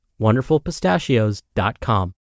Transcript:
WonderfulPistachios.com